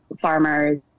farmers